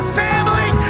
family